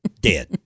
dead